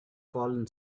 fallen